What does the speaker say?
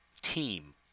team